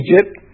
Egypt